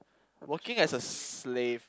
working as a slave